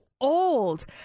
old